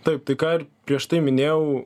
taip tai ką ir prieš tai minėjau